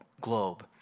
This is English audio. globe